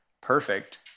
perfect